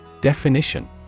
Definition